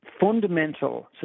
fundamental